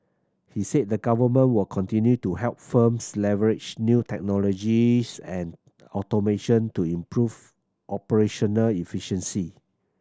he said the government will continue to help firms leverage new technologies and automation to improve operational efficiency